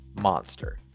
monster